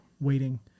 waiting